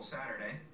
Saturday